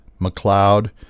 McLeod